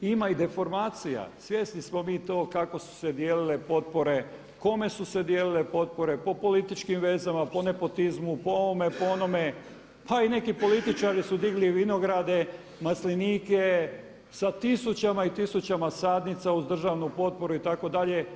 Ima i deformacija, svjesni smo mi toga kako su se dijelile potpore, kome su se dijelile potpore – po političkim vezama, po nepotizmu, po ovome, po onome – pa i neki političari su digli vinograde, maslinike sa tisućama i tisućama sadnicama uz državnu potporu itd.